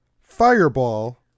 Fireball